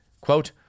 quote